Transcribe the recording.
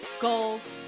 goals